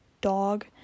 dog